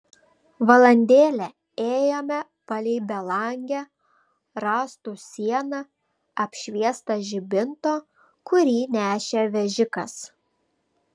valandėlę ėjome palei belangę rąstų sieną apšviestą žibinto kurį nešė vežikas